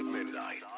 Midnight